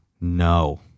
No